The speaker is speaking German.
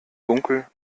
dunkel